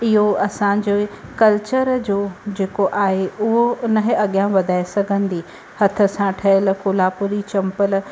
इहो असांजे कल्चर जो जेको आहे उहो उनखे अॻियां वधाइ सघंदी हथ सां ठहियलु कोलापुरी चम्पल